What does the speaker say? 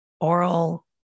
oral